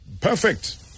perfect